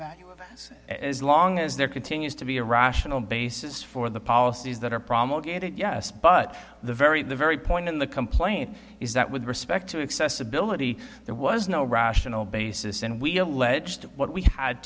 that as long as there continues to be a rational basis for the policies that are promulgated yes but the very the very point in the complaint is that with respect to accessibility there was no rational basis and we alleged what we had